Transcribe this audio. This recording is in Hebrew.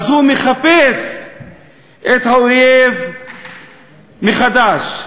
והוא מחפש את האויב מחדש,